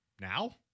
Now